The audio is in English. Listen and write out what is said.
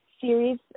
series